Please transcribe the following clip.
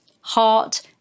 heart